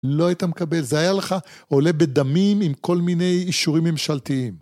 לא היית מקבל, זה היה לך עולה בדמים עם כל מיני אישורים ממשלתיים.